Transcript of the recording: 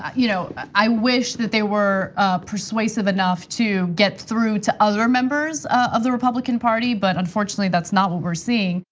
you know i wish that they were persuasive enough to get through to other members of the republican party, but unfortunately, that's not what we're seeing.